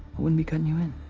wouldn't be cutting you in.